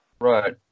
Right